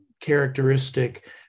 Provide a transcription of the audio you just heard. characteristic